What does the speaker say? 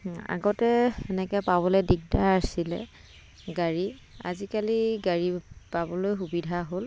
আগতে তেনেকৈ পাবলৈ দিগদাৰ আছিলে গাড়ী আজিকালি গাড়ী পাবলৈ সুবিধা হ'ল